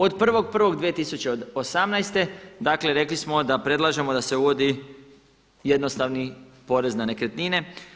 Od 1.1.2018. dakle rekli smo da predlažemo da se uvodi jednostavni porez na nekretnine.